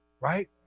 Right